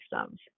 Systems